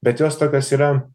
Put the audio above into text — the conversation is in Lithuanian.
bet jos tokios yra